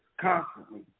constantly